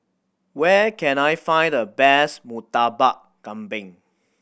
where can I find the best Murtabak Kambing